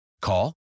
Call